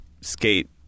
skate